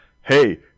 hey